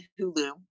Hulu